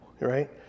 right